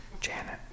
Janet